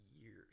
years